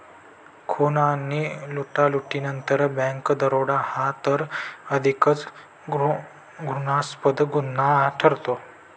खून आणि लुटालुटीनंतर बँक दरोडा हा तर अधिकच घृणास्पद गुन्हा ठरतो